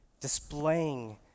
displaying